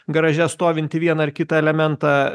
garaže stovintį vieną ar kitą elementą